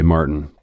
Martin